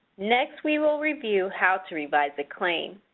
next we will review how to revise a claim.